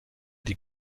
die